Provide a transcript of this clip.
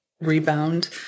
rebound